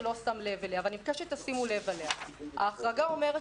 שאני מבקשת שתשימו לב אליה ההחרגה אומרת